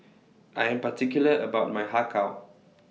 I Am particular about My Har Kow